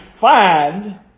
find